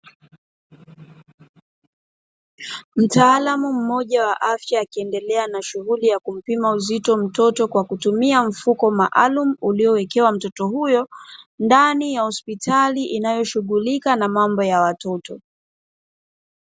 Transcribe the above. Mtaalamu mmoja wa afya, akiendelea na shughuli ya kumpima uzito mtoto kwa kutumia mfuko maalumu uliyowekewa mtoto huyo, ndani ya hospitali inayoshughulika na mambo ya watoto.